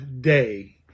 day